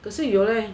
可是有 leh